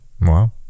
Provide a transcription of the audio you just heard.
Wow